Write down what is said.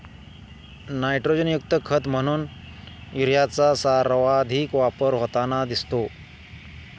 नायट्रोजनयुक्त खत म्हणून युरियाचा सर्वाधिक वापर होताना दिसतो